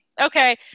Okay